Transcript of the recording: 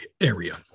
area